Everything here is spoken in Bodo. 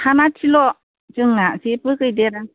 फानाथिल' जोंना जेबो गैदेरा